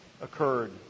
occurred